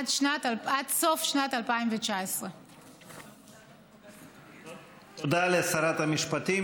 עד סוף שנת 2019. תודה לשרת המשפטים.